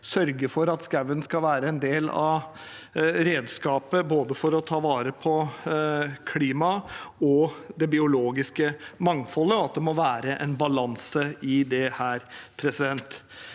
sørge for at skogen skal være en del av redskapet for å ta vare på både klimaet og det biologiske mangfoldet, og at det må være en balanse i dette. Det